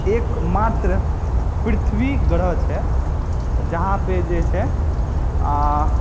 एक मात्र पृथ्वी ग्रह छै जहाँ पर जे छै आ